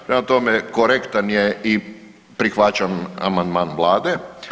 Prema tome, korektan je i prihvaćam amandman Vlade.